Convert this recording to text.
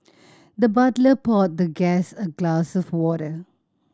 the butler poured the guest a glass of water